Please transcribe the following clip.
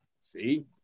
see